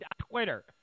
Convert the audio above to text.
Twitter